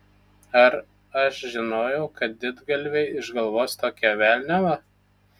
ar aš žinojau kad didgalviai išgalvos tokią velniavą